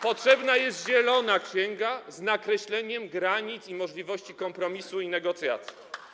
Potrzebna jest zielona księga z nakreśleniem granic i możliwości kompromisu i negocjacji.